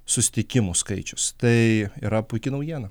susitikimų skaičius tai yra puiki naujiena